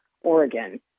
Oregon